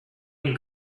and